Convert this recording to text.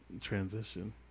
transition